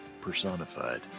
personified